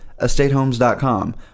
estatehomes.com